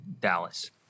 Dallas